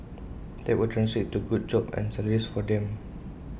that will translate into good jobs and salaries for them